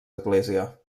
església